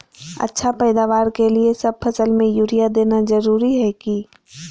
अच्छा पैदावार के लिए सब फसल में यूरिया देना जरुरी है की?